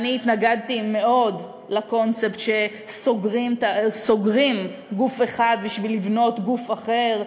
ואני התנגדתי מאוד לקונספט שסוגרים גוף אחד בשביל לבנות גוף אחר.